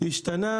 השתנה